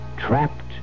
Trapped